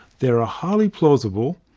there are highly plausible,